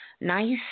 Nice